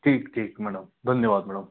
ठीक ठीक मैडम धन्यवाद मैडम